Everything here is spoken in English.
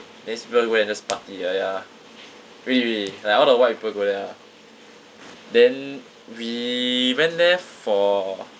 then these people go and just party ya ya really really like all the white people go there ah then we went there for